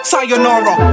Sayonara